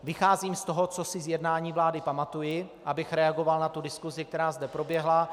Vycházím z toho, co si z jednání vlády pamatuji, abych reagoval na diskusi, která zde proběhla.